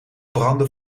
brandde